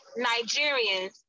Nigerians